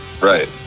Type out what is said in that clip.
right